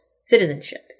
citizenship